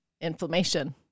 Inflammation